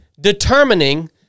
determining